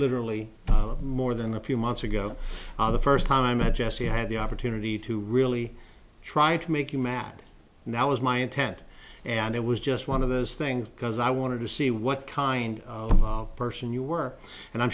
literally more than a few months ago the first time i just you had the opportunity to really try to make you mad now was my intent and it was just one of those things because i wanted to see what kind of person you were and i'm